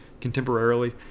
contemporarily